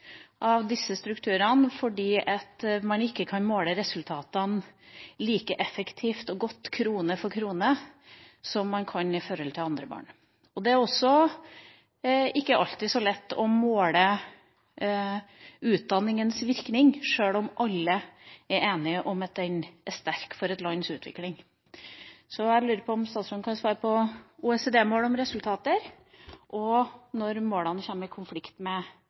av disse strukturene fordi man ikke kan måle resultatene like effektivt og godt, krone for krone, som man kan for andre barn? Det er heller ikke alltid så lett å måle utdanningas virkning, sjøl om alle er enige om at den er sterk for et lands utvikling. Så jeg lurer på om statsråden kan si noe om OECD-målene om resultater og når målene kommer i konflikt med